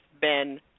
Ben